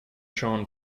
sean